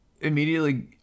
immediately